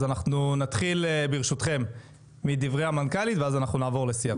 אז אנחנו נתחיל ברשותכם מדברי המנכ"לית ואז אנחנו נעבור לשיח.